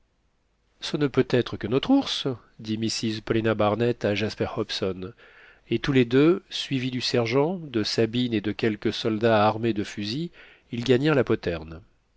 ce ne peut être que notre ours dit mrs paulina barnett à jasper hobson et tous les deux suivis du sergent de sabine et de quelques soldats armés de fusil ils gagnèrent la poterne